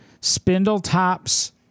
Spindletop's